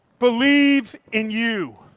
believe in you.